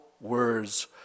words